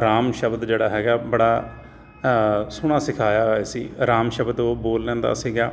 ਰਾਮ ਸ਼ਬਦ ਜਿਹੜਾ ਹੈਗਾ ਬੜਾ ਸੋਹਣਾ ਸਿਖਾਇਆ ਹੋਇਆ ਸੀ ਰਾਮ ਸ਼ਬਦ ਉਹ ਬੋਲ ਲੈਂਦਾ ਸੀਗਾ